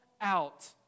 out